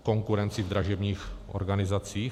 Konkurenci v dražebních organizacích?